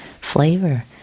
flavor